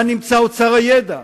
כאן נמצא אוצר הידע,